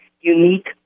unique